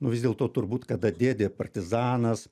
nu vis dėlto turbūt kada dėdė partizanas